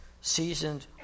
seasoned